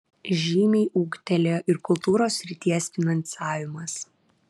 žymiai ūgtelėjo ir kultūros srities finansavimas